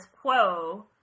quo